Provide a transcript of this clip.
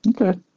Okay